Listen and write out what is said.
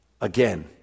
Again